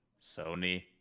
Sony